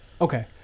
Okay